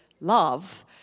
love